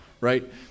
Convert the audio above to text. right